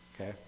Okay